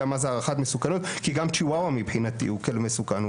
מה זה הערכת מסוכנות כי גם צ'יוואווה מבחינתי זה כלב מסוכן,